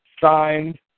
Signed